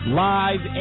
live